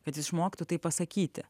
kad išmoktų tai pasakyti